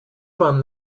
from